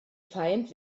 feind